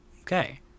okay